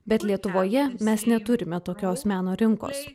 bet lietuvoje mes neturime tokios meno rinkos